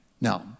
Now